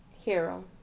hero